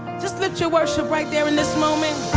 just lift your worship right there in this moment